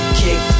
kick